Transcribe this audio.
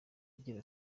agira